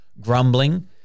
grumbling